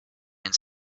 and